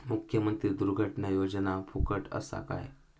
मुख्यमंत्री दुर्घटना योजना फुकट असा काय?